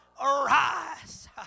arise